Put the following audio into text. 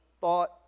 thought